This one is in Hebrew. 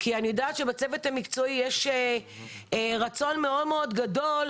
כי אני יודעת שבצוות המקצועי יש רצון גדול מאוד